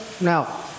Now